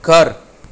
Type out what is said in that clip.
ઘર